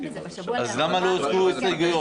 אז למה לא הוצגו ההסתייגויות?